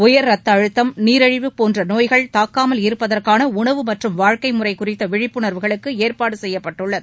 உயர் ரத்த அழுத்தம் நீரிழிவு போன்ற நோய்கள் தாக்காமல் இருப்பதற்கான உணவு மற்றும் வாழ்க்கை முறை குறித்த விழிப்புணர்வுக்கு ஏற்பாடு செய்துள்ளது